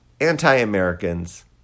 anti-Americans